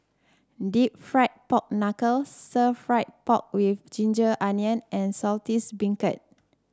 deep fried Pork Knuckle stir fry pork with ginger onion and Saltish Beancurd